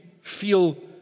feel